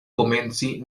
komenci